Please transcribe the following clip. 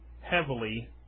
heavily